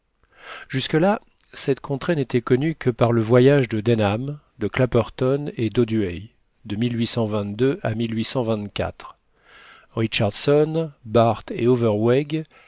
jusque-là cette contrée n'était connue que par le voyage de denham de clapperton et d'ouduey de à richardson barth et overweg